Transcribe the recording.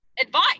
advice